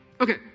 Okay